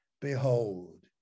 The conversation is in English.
behold